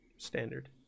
Standard